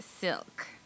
Silk